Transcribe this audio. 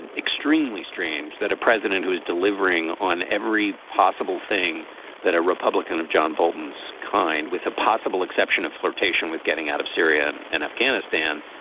and extremely strange that a president who is delivering on every possible thing that a republican of john bolton's kind, with the possible exception of flirtation with getting out of syria and afghanistan,